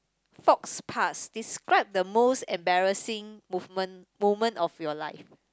fox past describe the most embarrassing movement moment of your life